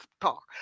talk